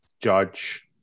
Judge